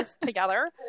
together